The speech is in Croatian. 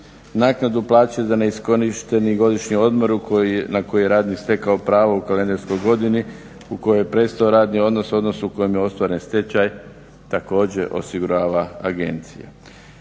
Naknadu plaće za neiskorišteni godišnji odmor na koji je radnik stekao pravo u kalendarskoj godini u kojoj je prestao radni odnos, odnos u kojem je ostvaren stečaj također osigurava agencija.